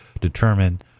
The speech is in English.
determine